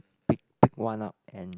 pick pick one up and